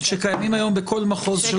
שקיימים היום בכל מחוז של המשטרה.